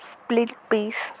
split peas